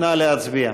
נא להצביע.